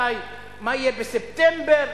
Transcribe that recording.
מה יהיה בספטמבר?